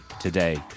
today